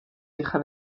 hija